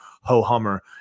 ho-hummer